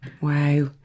Wow